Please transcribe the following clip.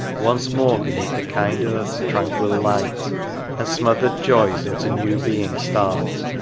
once more beneath the kind earth's tranquil light and smothered joys into new being start.